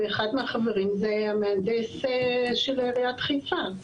ואחד מהחברים זה המהנדס של עיריית חיפה.